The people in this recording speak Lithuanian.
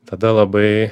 tada labai